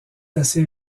assez